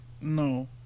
No